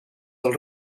del